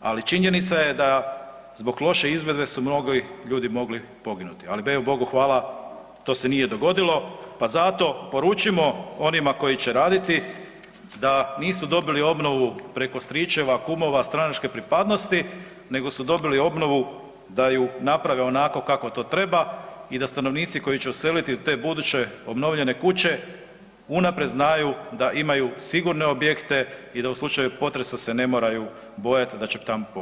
ali činjenica je da zbog loše izvedbe su mnogi ljudi mogli poginuti, ali Bogu hvala to se nije dogodilo, pa zato poručimo onima koji će raditi da nisu dobili obnovu preko stričeva, kumova, stranačke pripadnosti, nego su dobili obnovu da ju naprave onako kako to treba i da stanovnici koji će useliti u te buduće obnovljene kuće unaprijed znaju da imaju sigurne objekte i da u slučaju potresa se ne moraju bojati da će tamo poginuti.